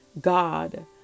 God